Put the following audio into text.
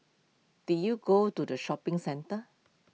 did you go to the shopping centre